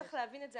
צריך להבין את זה,